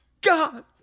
God